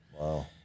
Wow